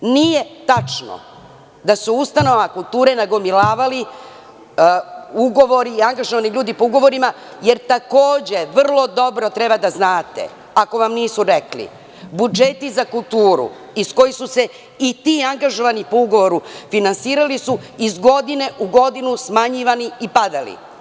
Nije tačno da su se u ustanovama kulture nagomilavali ugovori i angažovani ljudi po ugovoru, jer takođe, vrlo dobro treba da znate, ako vam nisu rekli, budžeti za kulturu iz kojih su se i ti angažovani po ugovoru finansirali, su iz godine u godinu smanjivani i padali.